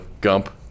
Gump